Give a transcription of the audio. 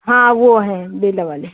हाँ वो हैं दुई लगा ले